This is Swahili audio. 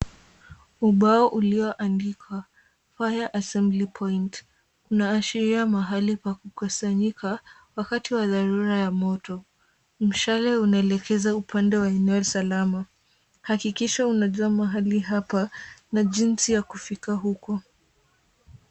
Ubao ulioandikwa fire assembly point . Unaashiria mahali pa kukusanyika wakati wa dharura ya moto. Mshale unaelekeza upande wa eneo salama. Hakikisha unajua mahali hapa na jinsi ya kufika huku.